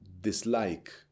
dislike